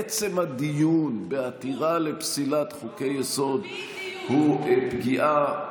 עצם הדיון בעתירה לפסילת חוקי-יסוד, בדיוק.